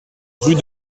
rue